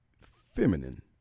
feminine